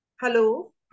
Hello